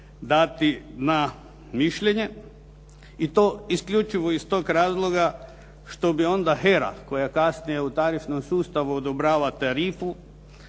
dati na mišljenje i to isključivo iz tog razloga što bi onda HERA koja kasnije u tarifnom sustavu odobrava tarifu,